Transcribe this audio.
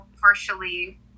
partially